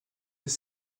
des